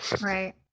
right